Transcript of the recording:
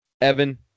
Evan